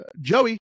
joey